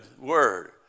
word